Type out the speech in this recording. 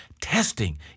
Testing